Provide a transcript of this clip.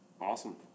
Awesome